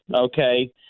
okay